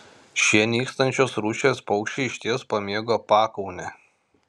šie nykstančios rūšies paukščiai išties pamėgo pakaunę